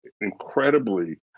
incredibly